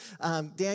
Dan